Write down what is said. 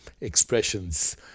expressions